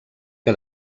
que